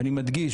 ואני מדגיש,